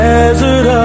desert